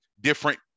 different